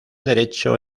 derecho